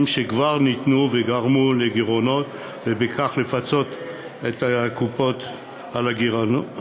שכבר ניתנו וגרמו לגירעונות ובכך שהחלו הרפורמות,